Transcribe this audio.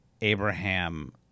Abraham